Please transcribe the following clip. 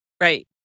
right